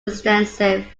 extensive